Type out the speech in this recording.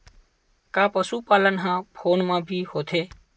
का पशुपालन ह फोन म भी होथे?